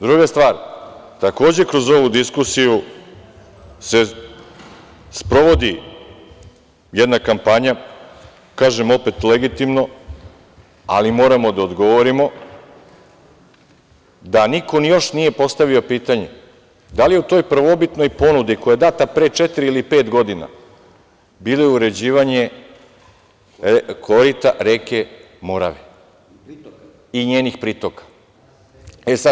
Druga stvar, takođe kroz ovu diskusiju se sprovodi jedna kampanja, kažem opet, legitimno, ali moramo da odgovorimo da niko još nije postavio pitanje – da li je u toj prvobitnoj ponudi, koja je data pre četiri ili pet godina, bilo uređivanje korita reke Morave i njenih pritoka?